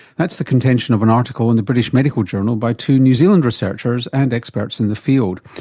that's the contention of an article in the british medical journal by two new zealand researchers and experts in the field.